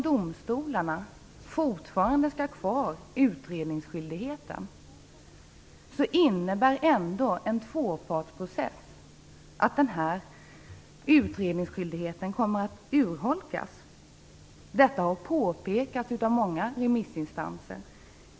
Domstolarna har fortfarande utredningsskyldighet, men en tvåpartsprocess innebär ändå att denna utredningsskyldighet kommer att urholkas. Detta har påpekats av många remissinstanser.